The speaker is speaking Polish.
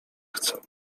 chcę